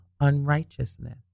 unrighteousness